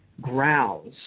growls